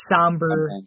somber